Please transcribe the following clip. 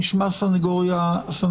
אנחנו נשמע את הסניגוריה הציבורית,